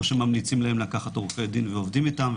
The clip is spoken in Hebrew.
שממליצים להם לקחת עורכי דין ועובדים איתם,